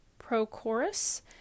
Prochorus